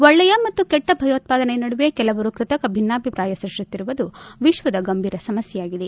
ಒಳ್ಳೆಯ ಮತ್ತು ಕೆಟ್ಲ ಭಯೋತ್ಪಾದನೆ ನಡುವೆ ಕೆಲವರು ಕೃತಕ ಭಿನ್ನಾಭಿಪ್ರಾಯ ಸೃಷ್ಟಿಸುತ್ತಿರುವುದು ವಿಶ್ವದ ಗಂಭೀರ ಸಮಸ್ಥೆಯಾಗಿದೆ